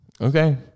Okay